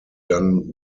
done